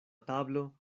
tablo